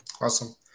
Awesome